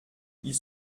ils